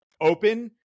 open